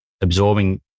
absorbing